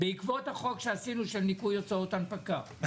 בעקבות החוק שעשינו של ניכוי הוצאות הנפקה.